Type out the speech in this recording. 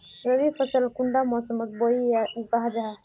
रवि फसल कुंडा मोसमोत बोई या उगाहा जाहा?